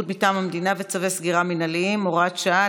מטעם המדינה וצווי סגירה מינהליים) (הוראת שעה),